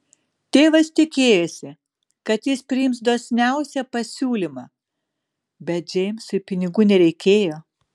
tėvas tikėjosi kad jis priims dosniausią pasiūlymą bet džeimsui pinigų nereikėjo